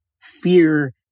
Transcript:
fear